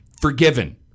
forgiven